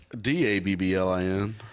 d-a-b-b-l-i-n